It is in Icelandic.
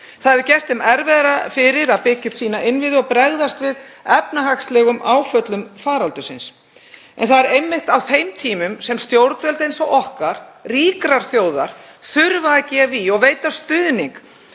Það hefur gert þeim erfiðara fyrir að byggja upp innviði sína og bregðast við efnahagslegum áföllum faraldursins, en það er einmitt á þeim tímum sem stjórnvöld eins og okkar, ríkrar þjóðar, þurfa að gefa í og veita stuðning